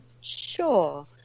Sure